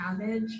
cabbage